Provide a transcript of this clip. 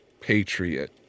patriot